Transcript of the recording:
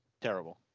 Terrible